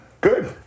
Good